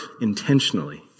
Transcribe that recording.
intentionally